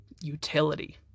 utility